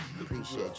Appreciate